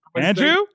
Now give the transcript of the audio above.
Andrew